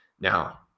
Now